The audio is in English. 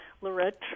Lorette